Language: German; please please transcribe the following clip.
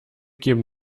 geben